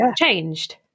changed